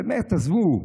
באמת, עזבו.